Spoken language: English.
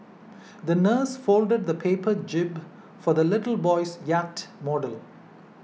the nurse folded a paper jib for the little boy's yacht model